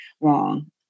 wrong